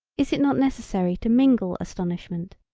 is it not necessary to mingle astonishment.